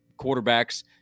quarterbacks